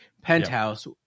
penthouse